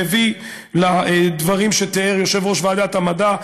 מביא לדברים שתיאר יושב-ראש ועדת המדע,